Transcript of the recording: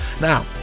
Now